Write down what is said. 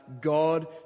God